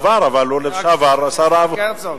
לשעבר, אבל הוא לשעבר שר, חבר הכנסת יצחק הרצוג.